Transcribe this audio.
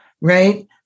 right